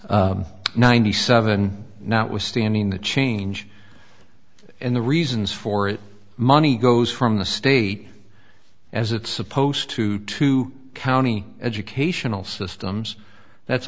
v ninety seven not withstanding the change and the reasons for it money goes from the state as it's supposed to to county educational systems that's